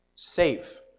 Safe